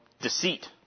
deceit